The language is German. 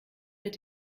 mit